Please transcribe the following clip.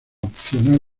opcional